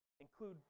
include